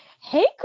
hey